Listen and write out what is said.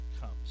comes